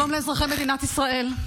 שלום לאזרחי מדינת ישראל.